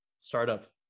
startup